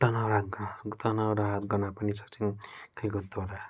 तनाउ राहत गर् तनाउ राहत गर्न पनि सक्छन् खेलकुदद्वारा